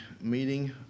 meeting